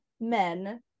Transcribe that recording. men